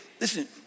Listen